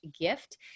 gift